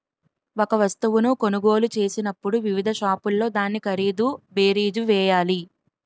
ఒక వస్తువును కొనుగోలు చేసినప్పుడు వివిధ షాపుల్లో దాని ఖరీదు బేరీజు వేయాలి